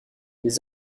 les